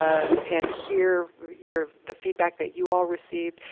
ah and hear your the feedback that you all received,